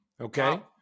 Okay